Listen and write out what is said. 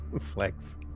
Flex